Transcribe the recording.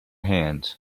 hands